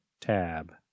tab